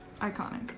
Iconic